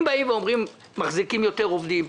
אם אומרים שמחזיקים יותר עובדים,